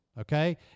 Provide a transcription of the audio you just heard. okay